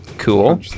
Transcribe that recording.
cool